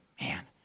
man